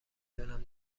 دونم